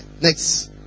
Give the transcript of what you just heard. Next